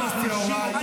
הם הופקרו במשמרת שלכם.